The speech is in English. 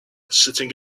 sitting